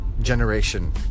generation